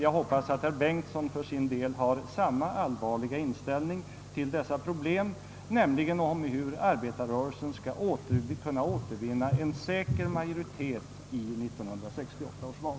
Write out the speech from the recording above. Jag hoppas att herr Bengtsson har samma inställning till frågan om hur arbetarrörelsen skall kunna återvinna en säker majoritet vid 1968 års val.